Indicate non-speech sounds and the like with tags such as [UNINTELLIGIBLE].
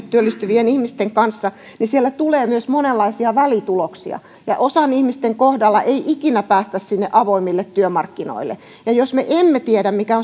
[UNINTELLIGIBLE] työllistyvien ihmisten kanssa niin siellä tulee myös monenlaisia välituloksia ja ihmisistä osan kohdalla ei ikinä päästä sinne avoimille työmarkkinoille jos me emme tiedä mikä [UNINTELLIGIBLE]